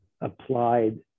applied